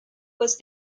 was